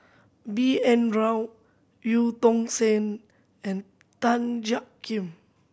B N Rao Eu Tong Sen and Tan Jiak Kim